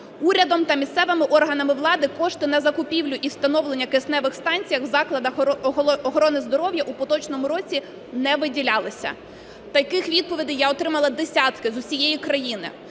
Урядом та місцевими органами влади кошти на закупівлю і встановлення кисневих станцій в закладах охорони здоров'я у поточному році не виділялися. Таких відповідей я отримала десятки з усієї країни.